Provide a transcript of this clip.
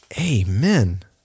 Amen